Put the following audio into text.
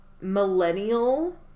millennial